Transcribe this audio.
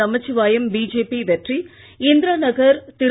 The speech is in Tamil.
நமசிவாயம் பிஜேபி வெற்றி இந்திராநகர் திரு